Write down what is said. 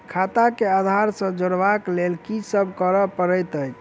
खाता केँ आधार सँ जोड़ेबाक लेल की सब करै पड़तै अछि?